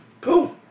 Cool